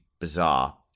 bizarre